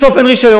בסוף אין רישיון,